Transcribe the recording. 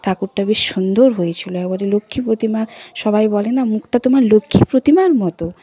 ঠাকুরটা বেশ সুন্দর হয়েছিল একবারে লক্ষ্মী প্রতিমা সবাই বলে না মুখটা তোমার লক্ষ্মী প্রতিমার মতো